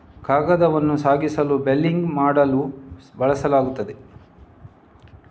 ಕಾಗದವನ್ನು ಸಾಗಿಸಲು ಬೇಲಿಂಗ್ ಮಾಡಲು ಬಳಸಲಾಗುತ್ತದೆ